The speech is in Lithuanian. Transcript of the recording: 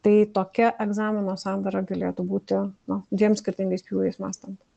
tai tokia egzamino sandara galėtų būti na dviem skirtingais pjūviais mąstant